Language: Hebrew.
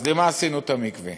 אז למה עשינו את המקווה?